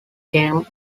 came